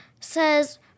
says